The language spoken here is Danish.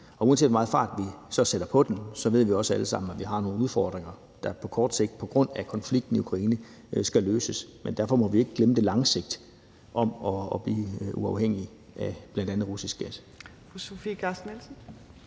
og uanset hvor meget fart vi sætter på den, ved vi også alle sammen, at vi har nogle udfordringer, som på grund af konflikten i Ukraine skal løses på kort sigt. Men vi må ikke glemme det lange sigt om at blive uafhængig af bl.a. russisk gas.